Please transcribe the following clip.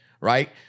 right